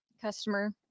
customer